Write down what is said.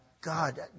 God